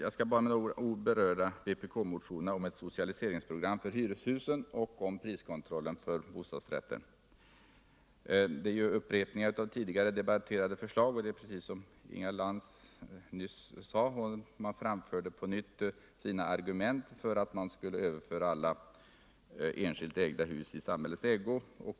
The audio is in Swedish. Jag skall också med några ord beröra vpk-motionerna om ett socialiseringsprogram för hyreshusen och om priskontroll för bostadsrätter. De är ju upprepningar av tidigare debatterade förslag. Det är precis som Inga Lantz nyss sade — vpk framför på nytt sina argument för att alla enskilt ägda hus skall överföras i samhällets ägo.